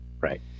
Right